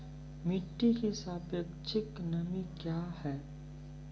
मिटी की सापेक्षिक नमी कया हैं?